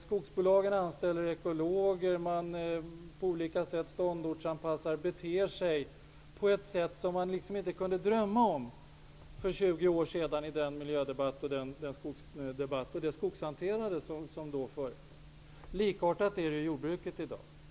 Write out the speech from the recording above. Skogsbolagen anställer ekologer och beter sig på ett sätt som man inte kunde drömma om för 20 år sedan under den miljödebatt och det skogshanterande som då förekom. Det är alldeles uppenbart att det förhåller sig på likartat sätt inom jordbruket i dag.